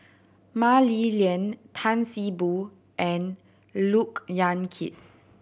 Mah Li Lian Tan See Boo and Look Yan Kit